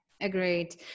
Agreed